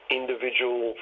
individual